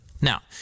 Now